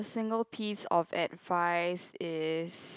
single piece of advice is